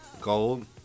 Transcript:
gold